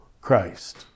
christ